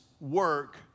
work